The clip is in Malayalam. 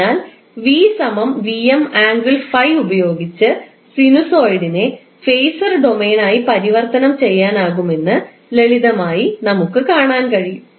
അതിനാൽ ഉപയോഗിച്ച് സിനുസോയിഡിനെ ഫേസർ ഡൊമെയ്നായി പരിവർത്തനം ചെയ്യാനാകുമെന്ന് ലളിതമായി നമുക്ക് കാണാൻ കഴിയും